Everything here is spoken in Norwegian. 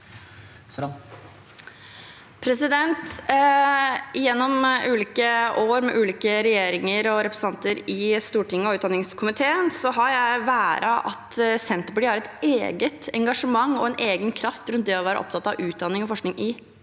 Gjen- nom ulike år med ulike regjeringer og representanter i Stortinget og utdanningskomiteen har jeg været at Senterpartiet har et eget engasjement og en egen kraft rundt det å være opptatt av utdanning og forskning i